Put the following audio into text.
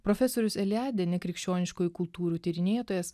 profesorius eliade nekrikščioniškųjų kultūrų tyrinėtojas